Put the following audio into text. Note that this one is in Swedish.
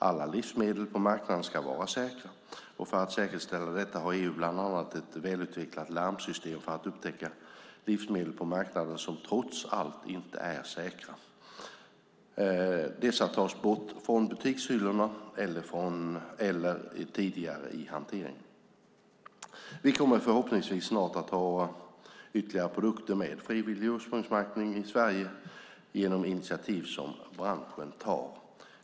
Alla livsmedel på marknaden ska vara säkra, och för att säkerställa detta har EU bland annat ett välutvecklat larmsystem för att upptäcka livsmedel på marknaden som trots allt inte är säkra. Dessa tas bort från butikshyllorna eller tidigare i hanteringen. Vi kommer förhoppningsvis snart att ha ytterligare produkter med frivillig ursprungsmärkning i Sverige genom initiativ som branschen tar.